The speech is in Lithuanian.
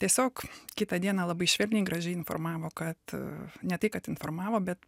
tiesiog kitą dieną labai švelniai gražiai informavo kad ne tai kad informavo bet